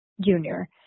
Junior